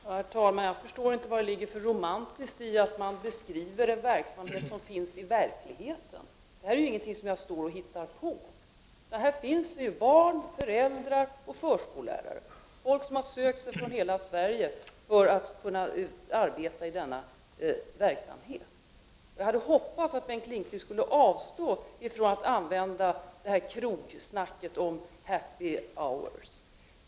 Herr talman! Jag förstår inte vad det är för romantiskt i att man beskriver en verksamhet som finns i verkligheten. Det här är ju inte någonting som jag står och hittar på. Här finns barn, föräldrar och förskollärare och människor från hela Sverige som sökt sig dit för att kunna arbeta i denna verksamhet. Jag hade hoppats att Bengt Lindqvist skulle avstå från att använda det här rundsnacket om happy hour.